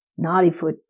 Naughtyfoot